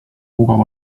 mugav